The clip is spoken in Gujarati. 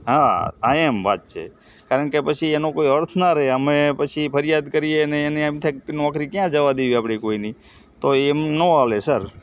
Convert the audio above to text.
હા હા એમ વાત છે કારણ કે પછી અનો કોઈ અર્થ ના રહે અમે પછી ફરિયાદ કરીએ અને એને એમ થાય કે નોકરી ક્યાં જવા દેવી આપણે કોઈની તો એમ ના ચાલે સર